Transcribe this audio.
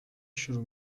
شروع